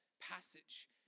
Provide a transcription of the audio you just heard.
passage